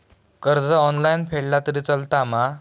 कर्ज ऑनलाइन फेडला तरी चलता मा?